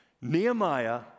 Nehemiah